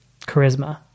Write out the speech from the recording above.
charisma